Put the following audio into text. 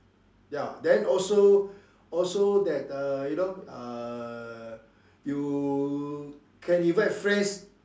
ya then also also that uh you know err you can invite friends